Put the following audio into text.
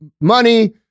money